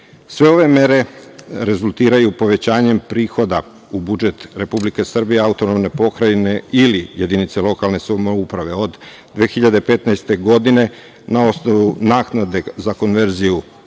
Sve ove mere rezultiraju povećanjem prihoda u budžet Republike Srbije i AP ili jedinice lokalne samouprave. Od 2015. godine na osnovu naknade za konverziju